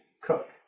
cook